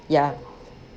ya